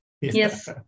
Yes